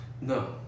No